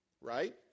right